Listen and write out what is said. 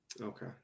Okay